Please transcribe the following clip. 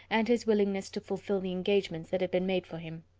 and his willingness to fulfil the engagements that had been made for him.